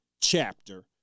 chapter